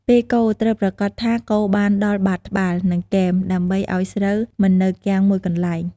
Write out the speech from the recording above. ពេលកូរ ត្រូវប្រាកដថាកូរបានដល់បាតត្បាល់ និងគែម ដើម្បីឱ្យស្រូវមិននៅគាំងមួយកន្លែង។